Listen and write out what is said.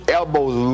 elbows